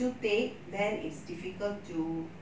if it's to thick then it's difficult to